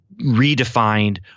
redefined